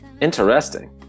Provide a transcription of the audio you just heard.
interesting